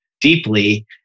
deeply